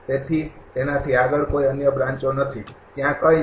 તેથી તેનાથી આગળ કોઈ અન્ય બ્રાંચો નથી ત્યાં કંઈ નથી